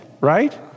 right